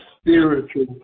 spiritual